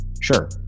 Sure